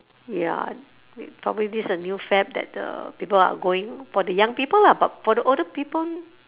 ya probably this is a new fad that the people are going for the young people lah but for the older people